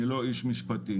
אני לא איש משפטים,